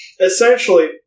essentially